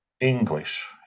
English